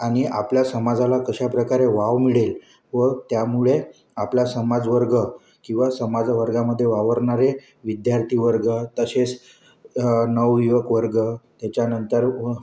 आणि आपल्या समाजाला कशाप्रकारे वाव मिळेल व त्यामुळे आपला समाज वर्ग किंवा समाजवर्गामध्ये वावरणारे विद्यार्थीवर्ग तसेच नवयुवकवर्ग त्याच्यानंतर व